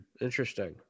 interesting